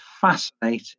fascinating